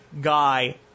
guy